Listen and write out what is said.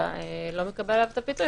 אתה לא מקבל עליו את הפיצוי,